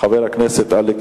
להכנתה לקריאה